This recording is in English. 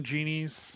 Genies